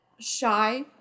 shy